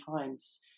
times